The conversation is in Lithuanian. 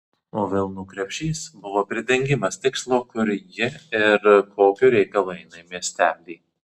o vilnų krepšys buvo pridengimas tikslo kur ji ir kokiu reikalu eina į miestelį